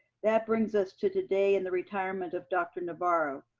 that brings us to today and the retirement of dr. navarro.